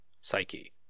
Psyche